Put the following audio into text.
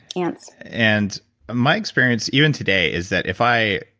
ants and my experience, even today, is that if i